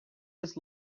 just